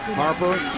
harper,